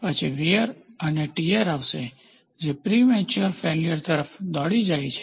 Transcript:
પછી વીયર અને ટીયર આવશે જે પ્રિમેચ્યોર ફેલીયર તરફ દોરી જાય છે